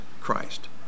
Christ